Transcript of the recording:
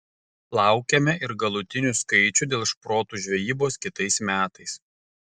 laukiame ir galutinių skaičių dėl šprotų žvejybos kitais metais